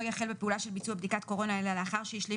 יחל בפעולה של ביצוע בדיקת קורונה אלא לאחר שהשלים